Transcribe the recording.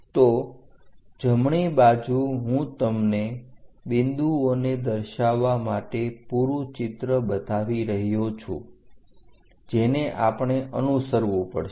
તો જમણી બાજુ હું તમને બિંદુઓને દર્શાવવા માટે પૂરું ચિત્ર બતાવી રહ્યો છું જેને આપણે અનુસરવું પડશે